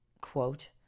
quote